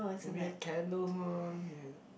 weird candles on we have